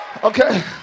Okay